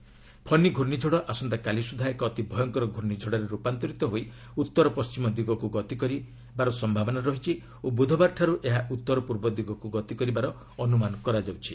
'ଫନୀ' ଘର୍ଷିଝଡ଼ ଆସନ୍ତାକାଲି ସୁଦ୍ଧା ଏକ ଅତି ଭୟଙ୍କର ପୂର୍ଷ୍ଣିଝଡ଼ରେ ରୂପାନ୍ତରିତ ହୋଇ ଉଉର ପଣ୍ଢିମ ଦିଗକୁ ଗତି କରିବାର ସମ୍ଭାବନା ରହିଛି ଓ ବୁଧବାରଠାରୁ ଏହା ଉତ୍ତର ପୂର୍ବ ଦିଗକୁ ଗତି କରିବାର ଅନୁମାନ କରାଯାଉଛି